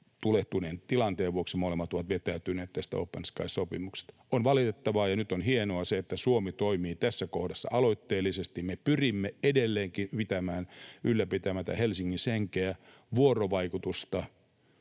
tulehtuneen tilanteen vuoksi. Molemmat ovat vetäytyneet tästä Open Skies -sopimuksesta. Se on valitettavaa. Nyt on hienoa se, että Suomi toimii tässä kohdassa aloitteellisesti. Me pyrimme edelleenkin ylläpitämään tätä Helsingin henkeä, vuorovaikutusta,